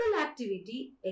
activity